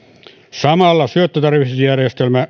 samalla syöttötariffijärjestelmä